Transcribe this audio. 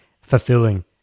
fulfilling